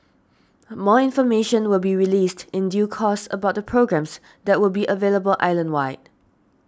more information will be released in due course about the programmes that will be available island wide